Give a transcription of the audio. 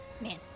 Man